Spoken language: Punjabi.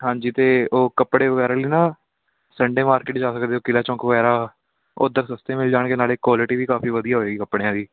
ਹਾਂਜੀ ਅਤੇ ਉਹ ਕੱਪੜੇ ਵਗੈਰਾ ਲਈ ਨਾ ਸੰਡੇ ਮਾਰਕੀਟ ਜਾ ਸਕਦੇ ਹੋ ਕਿਲ੍ਹਾ ਚੌਂਕ ਵਗੈਰਾ ਉੱਧਰ ਸਸਤੇ ਮਿਲ ਜਾਣਗੇ ਨਾਲੇ ਕੁਆਲਟੀ ਵੀ ਕਾਫ਼ੀ ਵਧੀਆ ਹੋਵੇਗੀ ਕੱਪੜਿਆਂ ਦੀ